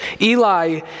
Eli